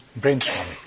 brainstorming